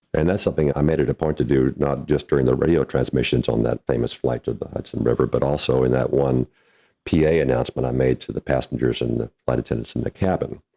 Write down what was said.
and that's something i made it a point to do, not just during the radio transmissions on that famous flight to the hudson river, but also in that one pa announcement i made to the passengers in the flight attendants in the cabin.